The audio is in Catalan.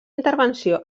intervenció